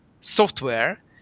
software